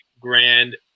grand